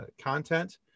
content